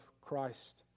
Christ